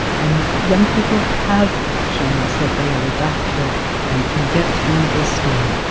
and young people have shown us that they are adaptable and can get through this storm.